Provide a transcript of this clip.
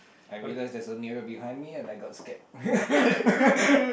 I realise there's a mirror behind me and I got scared